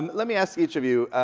let me ask each of you,